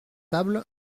table